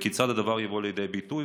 כיצד הדבר יבוא לידי ביטוי?